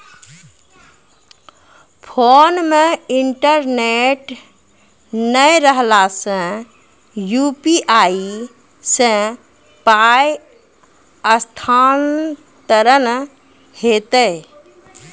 Phone मे internet नै रहला सॅ, यु.पी.आई सॅ पाय स्थानांतरण हेतै?